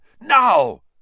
Now